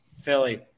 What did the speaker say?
Philly